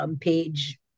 page